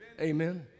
Amen